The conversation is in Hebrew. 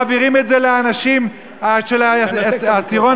מעבירים את זה לאנשים של העשירון